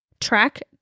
track